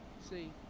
See